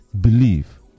believe